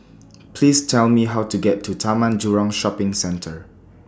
Please Tell Me How to get to Taman Jurong Shopping Centre